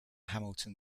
hamilton